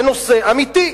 זה נושא אמיתי.